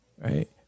Right